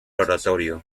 oratorio